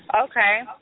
okay